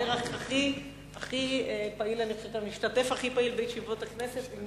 החבר הכי פעיל, המשתתף הכי פעיל בישיבות הכנסת.